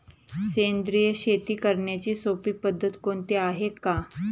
सेंद्रिय शेती करण्याची सोपी पद्धत कोणती आहे का?